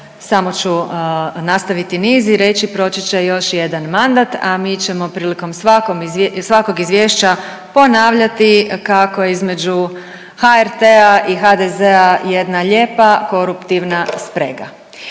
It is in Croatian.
samo ću nastaviti niz i reći proći će još jedan mandat, a mi ćemo prilikom svakog izvješća ponavljati kako između HRT-a i HDZ-a jedna lijepa koruptivna sprega.